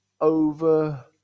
over